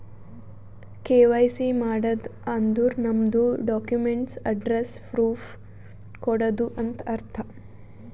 KYC ಮಾಡದ್ ಅಂದುರ್ ನಮ್ದು ಡಾಕ್ಯುಮೆಂಟ್ಸ್ ಅಡ್ರೆಸ್ಸ್ ಪ್ರೂಫ್ ಕೊಡದು ಅಂತ್ ಅರ್ಥ